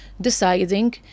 deciding